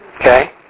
Okay